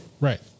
Right